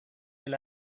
del